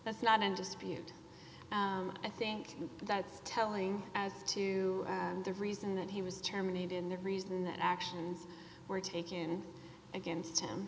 that's not in dispute i think that's telling as to the reason that he was terminated and the reason that actions were taken against him